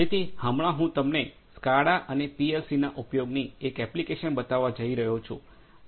તેથી હમણાં હું તમને સ્કાડા અને પીએલસીના ઉપયોગની એક એપ્લિકેશન બતાવવા જઈ રહ્યો છું